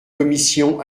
commission